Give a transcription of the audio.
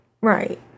Right